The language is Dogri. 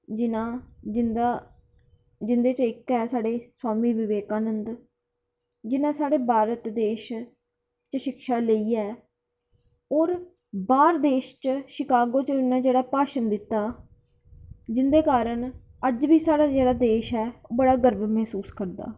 जियां जिंदा जिंदे चा इक्क न साढ़े स्वामी विवेकानंद जिनें साढ़े भारत देश च शिक्षा लेइयै होर बाहर देश च उनें जेह्ड़ा भाषण दित्ता ते ओह्दे कारण अज्ज बी साढ़ा जेह्ड़ा देश ऐ बड़ा गर्व महसूस करदा